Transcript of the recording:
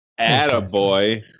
Attaboy